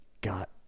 got